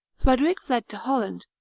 frederic fled to holland,